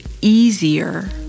easier